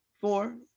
four